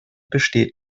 besteht